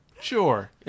Sure